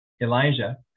Elijah